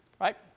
right